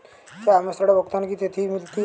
क्या हमें ऋण भुगतान की तिथि मिलती है?